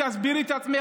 תסבירי את עצמך,